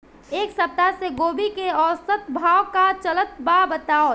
एक सप्ताह से गोभी के औसत भाव का चलत बा बताई?